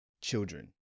children